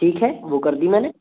ठीक है वह कर दी मैंने